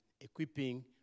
equipping